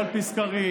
לא על פי סקרים,